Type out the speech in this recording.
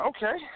Okay